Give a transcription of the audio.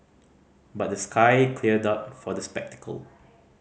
but the sky cleared up for the spectacle